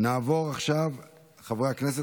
חברי הכנסת,